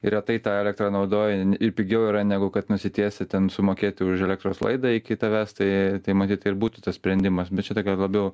ir retai tą elektrą naudoji ir pigiau yra negu kad nusitiesi ten sumokėti už elektros laidą iki tavęs tai tai matyt ir būtų tas sprendimas bet čia tokia labiau